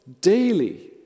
daily